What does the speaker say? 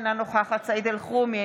אינה נוכחת סעיד אלחרומי,